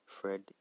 Fred